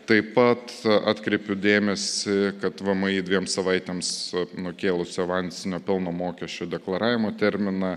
taip pat atkreipiu dėmesį kad vmi dviem savaitėms nukėlus avansinio pelno mokesčio deklaravimo terminą